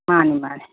ꯃꯥꯅꯤ ꯃꯥꯅꯤ